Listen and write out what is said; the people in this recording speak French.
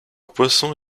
poisson